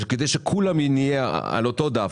וכדי שכולנו נהיה על אותו דף,